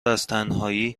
ازتنهایی